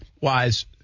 wise